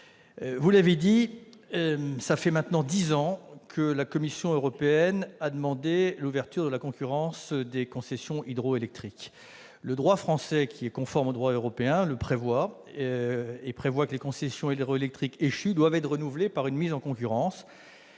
Vous l'avez dit : voilà maintenant dix ans que la Commission européenne a demandé l'ouverture à la concurrence des concessions hydro-électriques. Le droit français, qui est conforme au droit européen, prévoit à ce titre que les concessions hydro-électriques échues doivent être renouvelées par une mise en concurrence.